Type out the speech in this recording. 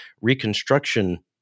reconstruction